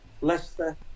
Leicester